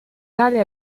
tale